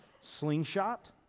slingshot